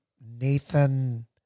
Nathan